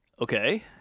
okay